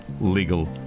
legal